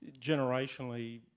Generationally